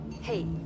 Hey